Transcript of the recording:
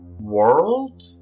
world